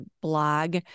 blog